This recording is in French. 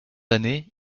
années